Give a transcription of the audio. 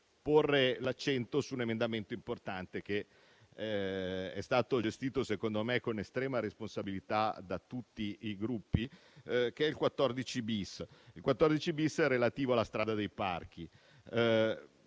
porre l'accento su un emendamento importante che è stato gestito, secondo me, con estrema responsabilità da tutti i Gruppi, che è l'emendamento 14-*bis* relativo alla Strada dei Parchi,